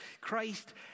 Christ